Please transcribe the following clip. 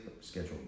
schedule